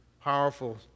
powerful